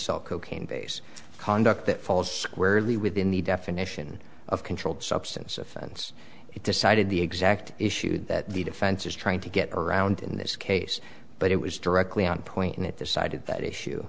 sell cocaine base conduct that falls squarely within the definition of controlled substance offense it decided the exact issue that the defense is trying to get around in this case but it was directly on point and it decided that